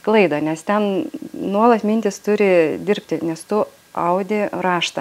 klaidą nes ten nuolat mintys turi dirbti nes tu audi raštą